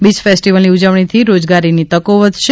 બીય ફેસ્ટીવલની ઉજવણી થી રોજગારીની તકો વધશે